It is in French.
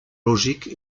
logique